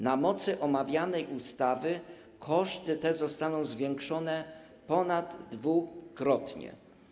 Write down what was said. Na mocy omawianej ustawy koszty te zostaną zwiększone ponaddwukrotnie.